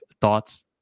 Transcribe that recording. thoughts